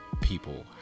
people